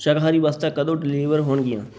ਸ਼ਾਕਾਹਾਰੀ ਵਸਤਾਂ ਕਦੋਂ ਡਿਲੀਵਰ ਹੋਣਗੀਆਂ